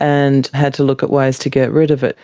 and had to look at ways to get rid of it.